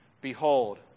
Behold